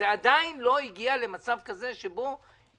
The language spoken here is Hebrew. זה עדיין לא הגיע למצב של קטסטרופה,